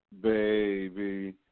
baby